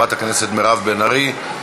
חברת הכנסת מירב בן ארי.